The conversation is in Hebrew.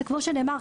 וכמו שנאמר,